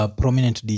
prominent